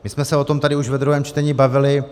My jsme se o tom tady už ve druhém čtení bavili.